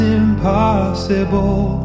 impossible